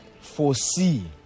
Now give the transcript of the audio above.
foresee